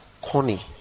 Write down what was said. Connie